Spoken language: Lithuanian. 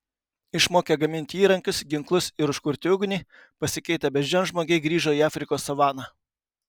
išmokę gaminti įrankius ginklus ir užkurti ugnį pasikeitę beždžionžmogiai grįžo į afrikos savaną